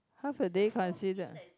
half a day considered